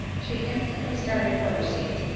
she instantly started from her seat,